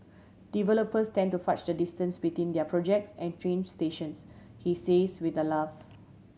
developers tend to fudge the distance between their projects and train stations he says with a laugh